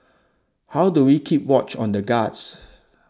how do we keep watch on the guards